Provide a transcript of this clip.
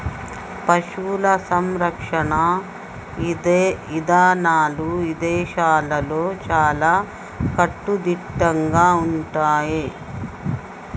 పశువుల సంరక్షణ ఇదానాలు ఇదేశాల్లో చాలా కట్టుదిట్టంగా ఉంటయ్యి